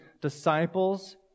disciples